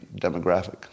demographic